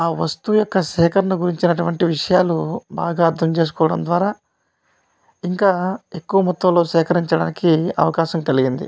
ఆ వస్తువు యొక్క సేకరణ గురించి నటువంటి విషయాలు బాగా అర్థం చేసుకోవడం ద్వారా ఇంకా ఎక్కువ మొత్తంలో సేకరించడానికి అవకాశం కలిగింది